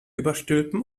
überstülpen